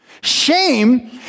Shame